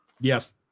Yes